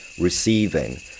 receiving